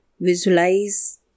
visualize